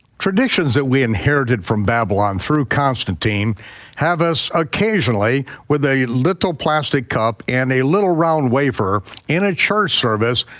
traditions that we inherited from babylon through constantine have us occasionally with a little plastic cup and a little round wafer in a church service,